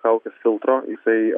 kaukės filtro jisai